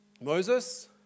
Moses